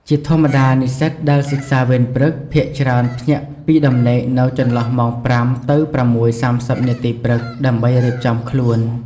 ជាធម្មតា និស្សិតដែលសិក្សាវេនព្រឹក ភាគច្រើនភ្ញាក់ពីដំណេកនៅចន្លោះម៉ោង ៥ ទៅ ៦:៣០ នាទី ព្រឹក ដើម្បីរៀបចំខ្លួន ។